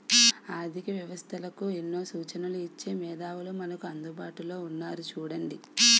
ఆర్థిక వ్యవస్థలకు ఎన్నో సూచనలు ఇచ్చే మేధావులు మనకు అందుబాటులో ఉన్నారు చూడండి